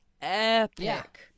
epic